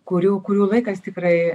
kurių kurių laikas tikrai